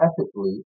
ethically